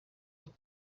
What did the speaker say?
with